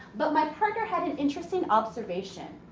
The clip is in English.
but my partner had an interesting observation.